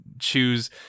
choose